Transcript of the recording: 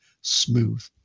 smooth